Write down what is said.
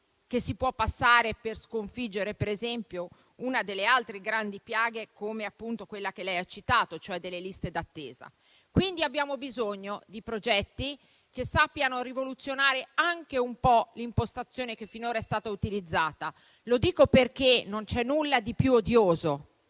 che si può passare per sconfiggere, per esempio, una delle altre grandi piaghe che lei ha citato, e cioè le liste d'attesa. Abbiamo bisogno di progetti che sappiano rivoluzionare anche un po' l'impostazione finora utilizzata. Lo dico perché non c'è nulla di più odioso